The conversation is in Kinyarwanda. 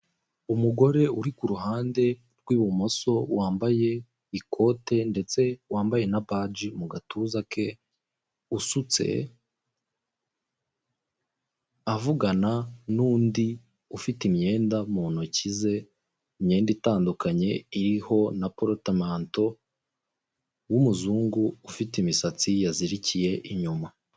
Umugore uri ku ruhande rw'ibumoso wambaye ikote ndetse wambaye na paji mu gatuza ke, usutse avugana n'undi ufite imyenda mu ntoki ze, imyenda itandukanye iriho na porotomanto w'umuzungu ufite imisatsi yazirikiye inyuma.